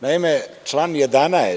Naime, član 11.